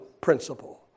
Principle